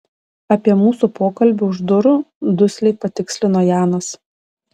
apie mūsų pokalbį už durų dusliai patikslino janas